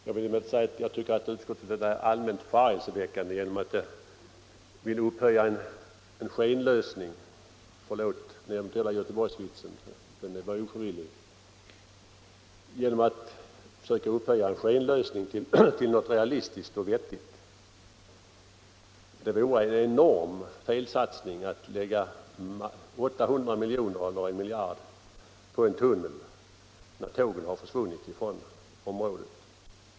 Jag tycker också att utskottet är allmänt förargelseväckande eftersom det vill upphöja en skenlösning — förlåt den ofrivilliga Göteborgsvitsen —- till något realistiskt och vettigt. Det vore en enorm felsatsning att lägga 800 milj.kr. eller 1 miljard på en tunnel när tågen försvunnit från området.